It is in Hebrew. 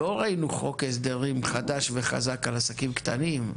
לא ראינו חוק הסדרים חדש וחזק על עסקים קטנים.